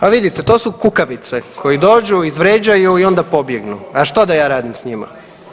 A vidite to su kukavice koji dođu, izvrijeđaju i onda pobjegnu, a što da ja radim s njima?